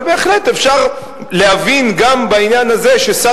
אבל בהחלט אפשר להבין גם בעניין הזה ששר